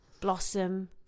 blossom